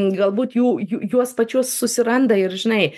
galbūt jų juos pačius susiranda ir žinai